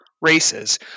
races